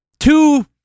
Two